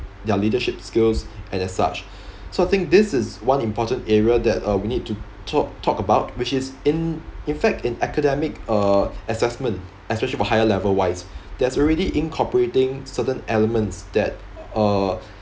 their leadership skills and as such so I think this is one important area that uh we need to tal~ talk about which is in in fact in academic uh assessment especially for higher level wise there's already incorporating certain elements that uh